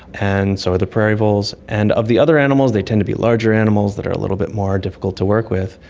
and so are the prairie voles. and of the other animals they tend to be larger animals that are a little bit more difficult to work with.